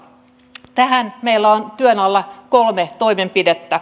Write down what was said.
tähän meillä on työn alla kolme toimenpidettä